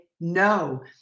no